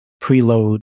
preload